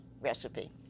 recipe